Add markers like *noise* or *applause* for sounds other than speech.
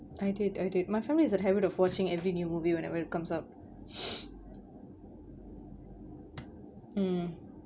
I did I did my family has a habit of watching every new movie whenever it comes up *noise* mm